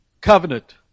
Covenant